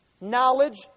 knowledge